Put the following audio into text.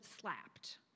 slapped